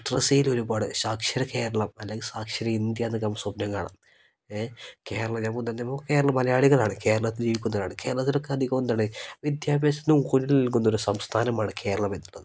ഒരുപാട് സാക്ഷര കേരളം അല്ലെങ്കിൽ സാക്ഷര ഇന്ത്യ എന്ന് ഒക്കെ നമ്മൾ സ്വപ്നം കാണാം ഏ കേരളം നമ്മൾ തന്നെ കേരള മലയാളികളാണ് കേരളത്തിൽ ജീവിക്കുന്നവരാണ് കേരളത്തിലൊക്കെ അധികവും എന്താണ് വിദ്യാഭ്യാസത്തിനും കൂടുതൽ നിൽക്കുന്ന ഒരു സംസ്ഥാനമാണ് കേരളം എന്നുള്ളത്